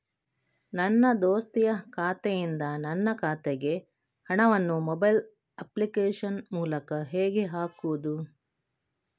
ನನ್ನ ದೋಸ್ತಿಯ ಖಾತೆಯಿಂದ ನನ್ನ ಖಾತೆಗೆ ಹಣವನ್ನು ಮೊಬೈಲ್ ಅಪ್ಲಿಕೇಶನ್ ಮೂಲಕ ಹೇಗೆ ಹಾಕುವುದು?